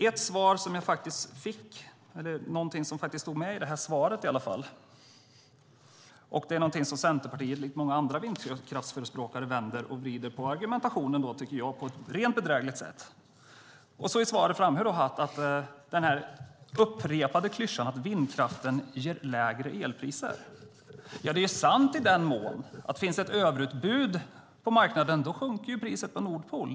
En sak som faktiskt stod med i svaret är någonting där Centerpartiet, likt många andra vindkraftsförespråkare, vänder och vrider på argumentationen på ett rent bedrägligt sätt. I svaret framhåller Hatt den upprepade klyschan att vindkraften ger lägre elpriser. Det är sant i den mån att om det finns ett överutbud på marknaden sjunker priset på Nordpool.